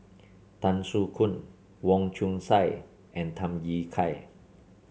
Tan Soo Khoon Wong Chong Sai and Tham Yui Kai